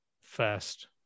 first